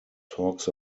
talks